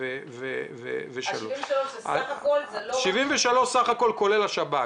הם סך הכול, כולל השב"כ